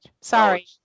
Sorry